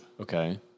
Okay